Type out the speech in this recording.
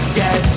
get